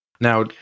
Now